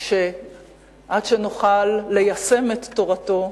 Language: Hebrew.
שעד שנוכל ליישם את תורתו,